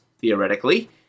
theoretically